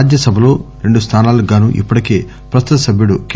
రాజ్య సభలో రెండు స్థానాలకు గాను ఇప్పటికే ప్రస్తుత సభ్యుడు కె